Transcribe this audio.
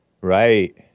Right